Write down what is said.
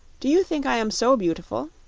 do you think i am so beautiful?